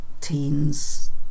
teens